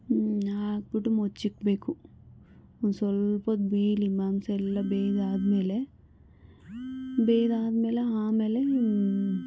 ಹ್ಞೂ ಹಾಕ್ಬಿಟ್ಟು ಮುಚ್ಚಿಕ್ಬೇಕು ಒಂದು ಸ್ವಲ್ಪೋತ್ತು ಬೇಯಲಿ ಮಾಂಸ ಎಲ್ಲ ಬೇಯ್ದಾದ್ಮೇಲೆ ಬೇಯ್ದಾದ್ಮೇಲೆ ಆಮೇಲೆ